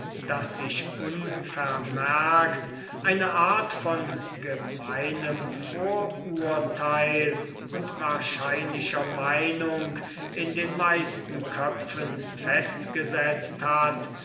daß sich unvermerkt eine art von gemeinem vorurteil und wahrscheinlicher meinung in den meisten köpfen festgesetzt hat